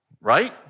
Right